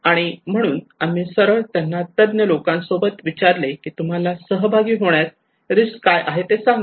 आणि म्हणून आम्ही सरळ त्यांना तज्ञ लोकांसोबत विचारले की तुम्हाला सहभागी होण्यात रिस्क काय आहे ते सांगा